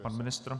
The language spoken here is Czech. Pan ministr?